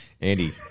Andy